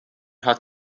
hat